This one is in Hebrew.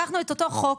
לקחנו את אותו חוק,